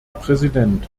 präsident